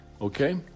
Okay